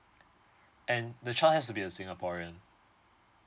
and the child has to be a singaporean